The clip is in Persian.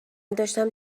داشتم